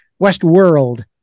Westworld